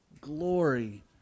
glory